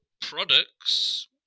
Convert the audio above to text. products